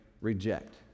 reject